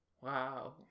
Wow